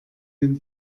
den